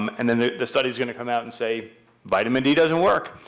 um and then the study's going to come out and say vitamin d doesn't work,